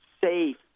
safe